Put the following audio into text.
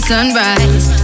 sunrise